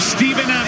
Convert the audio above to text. Stephen